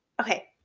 Okay